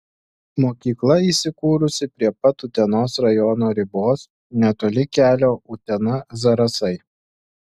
mokykla įsikūrusi prie pat utenos rajono ribos netoli kelio utena zarasai